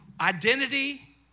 Identity